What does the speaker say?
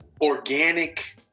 Organic